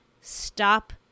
stop